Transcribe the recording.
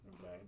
okay